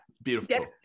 beautiful